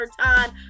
time